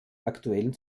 aktuellen